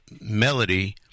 melody